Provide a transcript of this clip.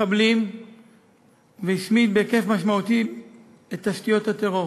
מחבלים והשמיד בהיקף משמעותי את תשתיות הטרור.